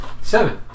Seven